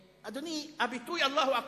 אדוני, הביטוי "אללה אכבר".